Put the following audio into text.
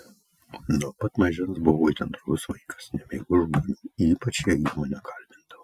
nuo pat mažens buvau itin drovus vaikas nemėgau žmonių ypač jei jie mane kalbindavo